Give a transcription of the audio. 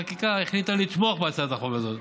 חקיקה החליטה לתמוך בהצעת החוק הזאת,